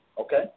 okay